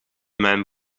mijn